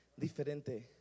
diferente